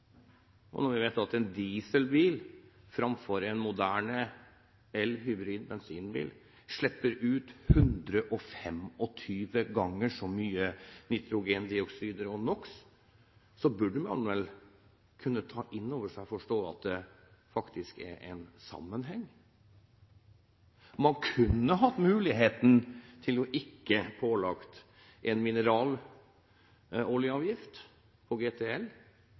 Når vi vet at en dieselbil – framfor en moderne el-, hybrid- eller bensinbil – slipper ut 125 ganger så mye nitrogendioksider og NOx, burde man vel kunne ta inn over seg og forstå at det faktisk er en sammenheng. Man kunne hatt muligheten til ikke å legge på en mineraloljeavgift på GTL,